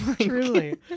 Truly